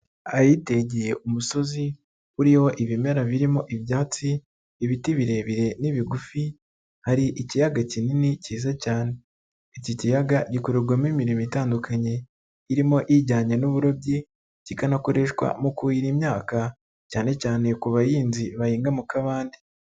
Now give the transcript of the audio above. Ahitegeye umusozi uriho ibimera birimo ibyatsi, ibiti birebire n'ibigufi, hari ikiyaga kinini cyiza cyane, iki kiyaga gikorerwamo imirimo itandukanye irimo ijyanye n'uburobyi, kikanakoreshwa mu kuhira imyaka, cyane cyane ku bahinzi bahinga mu kabande.